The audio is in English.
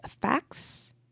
facts